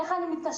איך אני מתקשרת?